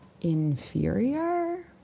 inferior